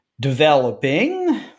developing